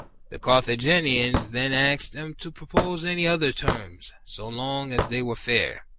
the carthaginians then asked them to pro pose any other terms so long as they were fair,